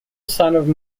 son